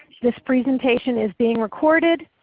this presentation is being recorded.